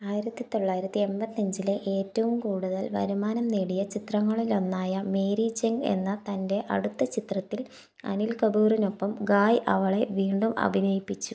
ആയിരത്തി തൊള്ളായിരത്തി എൺപത്തഞ്ചിലെ ഏറ്റവും കൂടുതൽ വരുമാനം നേടിയ ചിത്രങ്ങളിലൊന്നായ മേരി ജംഗ് എന്ന തന്റെ അടുത്ത ചിത്രത്തിൽ അനിൽ കപൂറിനൊപ്പം ഘായ് അവളെ വീണ്ടും അഭിനയിപ്പിച്ചു